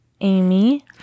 Amy